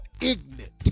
ignorant